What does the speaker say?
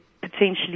potentially